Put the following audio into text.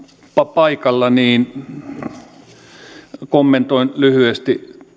paikalla niin kommentoin lyhyesti